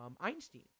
Einstein